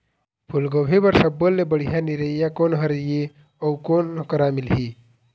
फूलगोभी बर सब्बो ले बढ़िया निरैया कोन हर ये अउ कोन करा मिलही?